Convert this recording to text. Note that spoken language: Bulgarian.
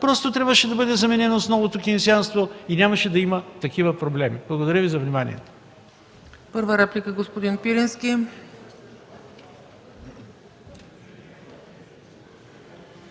просто трябваше да бъде заменено с новото кейнсианство и нямаше да има такива проблеми. Благодаря за вниманието.